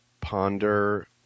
ponder